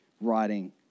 writing